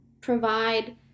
provide